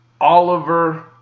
Oliver